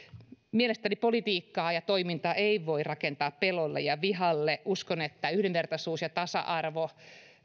mielestäni politiikkaa ja toimintaa ei voi rakentaa pelolle ja vihalle uskon että yhdenvertaisuus ja tasa arvo